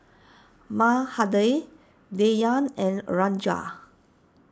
Mahade Dhyan and a Ranga